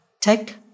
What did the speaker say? take